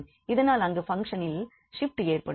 அதனால் அங்கு பங்க்ஷனில் ஷிப்ட் ஏற்படும்